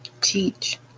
teach